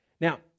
Now